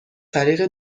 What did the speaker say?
طریق